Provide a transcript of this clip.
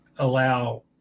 allow